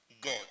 God